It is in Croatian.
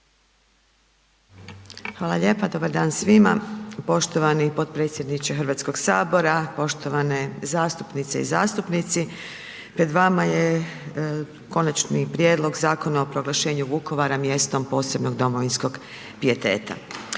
Hvala lijepa. Dobar dan svima. Poštovani potpredsjedniče Hrvatskog sabora, poštovane zastupnice i zastupnici pred vama je Konačni prijedlog Zakona o proglašenju Vukovara mjestom posebnog domovinskog pijeteta.